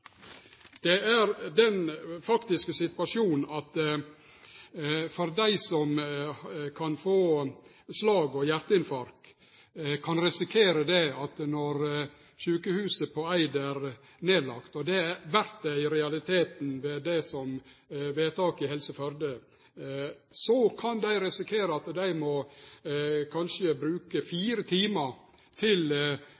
behandle helseplanen. Den faktiske situasjonen er at dei som får slag og hjarteinfarkt, når sjukehuset på Eid er lagt ned, og det vert det i realiteten ved vedtaket i Helse Førde, kan risikere at dei kanskje må bruke